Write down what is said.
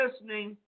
listening